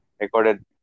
Recorded